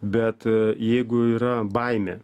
bet jeigu yra baimė